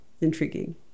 intriguing